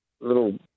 little